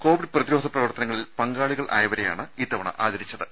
Covid പ്രതിരോധ പ്രവർത്തനങ്ങളിൽ പങ്കാളികളായവരെയാണ് ഇത്തവണ ആദരിച്ചത്